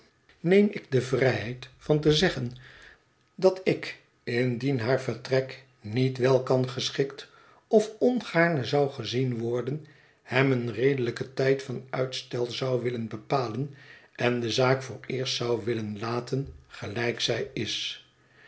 ik de vrijheid van te zeggen dat ik indien haar vertrek niet wel kan geschikt of ongaarne zou gezien worden hem een redelijken tijd van uitstel zou willen bepalen en de zaak vooreerst zou willen laten gelijk zij is